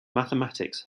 mathematics